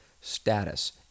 status